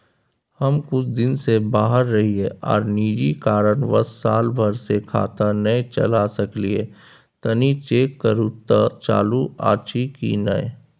हम कुछ दिन से बाहर रहिये आर निजी कारणवश साल भर से खाता नय चले सकलियै तनि चेक करू त चालू अछि कि नय?